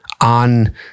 on